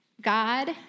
God